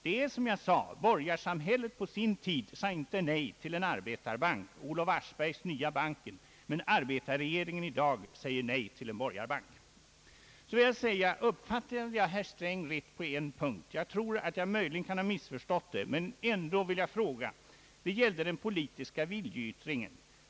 Det är som jag sade i går: borgarsamhället på sin tid sade inte nej till en arbetarbank, Olof Aschbergs Nya banken, men arbetarregeringen i dag säger nej till en borgarbank. Vidare undrar jag om jag uppfattade herr Sträng rätt på en punkt. Jag tror att jag möjligen kan ha missförstått honom, men ändå vill jag fråga. Det gällde den politiska viljeyttringen.